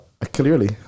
Clearly